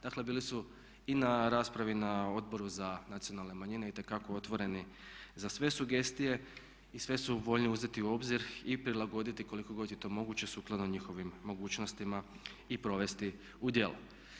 Dakle, bili su i na raspravi na Odboru za nacionalne manjine itekako otvoreni za sve sugestije i sve su voljni uzeti u obzir i prilagoditi koliko god je to moguće sukladno njihovim mogućnostima i provesti u djelo.